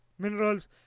Minerals